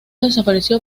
desapareció